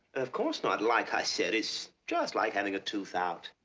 of course not. like i said, it's just like having a tooth out.